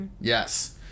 Yes